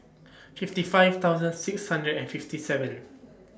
fifty five thousand six hundred and fifty seven